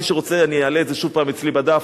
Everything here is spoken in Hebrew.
מי שרוצה, אני אעלה את זה שוב פעם אצלי בדף.